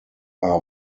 are